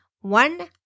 One